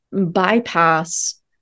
bypass